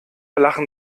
lachen